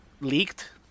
leaked